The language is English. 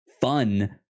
fun